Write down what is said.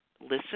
listen